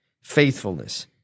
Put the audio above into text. faithfulness